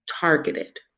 targeted